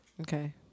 Okay